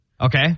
Okay